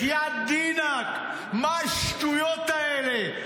בחייאת דינכ, מה השטויות האלה?